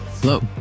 Hello